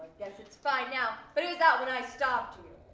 guess it's fine now, but it was out when i stopped you.